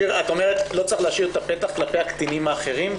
את אומרת שלא צריך להשאיר את הפתח כלפי הקטינים האחרים?